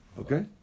Okay